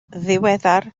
ddiweddar